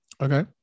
Okay